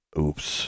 Oops